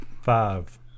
Five